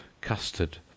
custard